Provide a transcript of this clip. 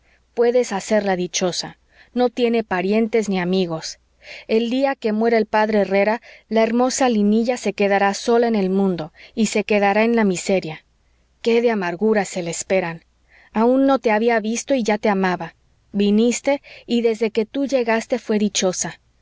puedes hacerla dichosa no tiene parientes ni amigos el día que muera el p herrera la hermosa linilla se quedará sola en el mundo y se quedará en la miseria qué de amarguras se le esperan aun no te había visto y ya te amaba viniste y desde que tú llegaste fué dichosa